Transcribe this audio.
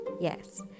Yes